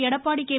Edappadi K